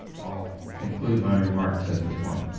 ah conclude my remarks at this point.